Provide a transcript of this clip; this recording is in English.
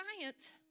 science